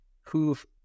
who've